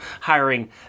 hiring